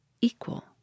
equal